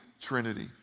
trinity